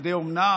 ילדי אומנה.